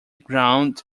ground